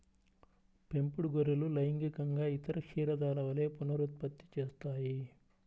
పెంపుడు గొర్రెలు లైంగికంగా ఇతర క్షీరదాల వలె పునరుత్పత్తి చేస్తాయి